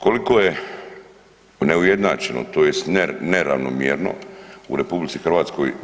Koliko je neujednačeno tj. neravnomjerno u RH